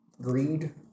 greed